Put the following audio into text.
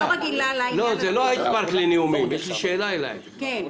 שאלה אליך.